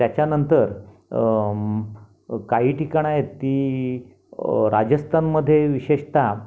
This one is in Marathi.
त्याच्यानंतर काही ठिकाणं आहेत ती राजस्थानमध्ये विशेषतः